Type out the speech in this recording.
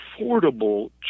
affordable